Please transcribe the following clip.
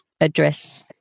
address